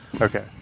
okay